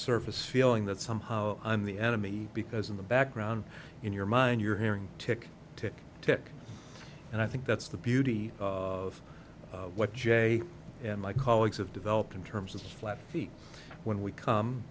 surface feeling that somehow i'm the enemy because in the background in your mind you're hearing tick tick tick and i think that's the beauty of what jay and my colleagues have developed in terms of his flat feet when we come